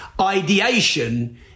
ideation